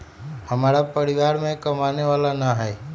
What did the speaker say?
हमरा परिवार में कमाने वाला ना है?